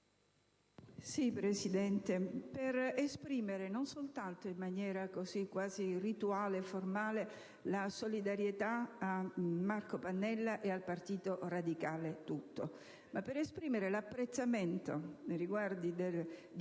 Presidente, vorrei esprimere non soltanto in maniera quasi rituale e formale la solidarietà a Marco Pannella e al Partito Radicale tutto, ma anche l'apprezzamento, nei riguardi di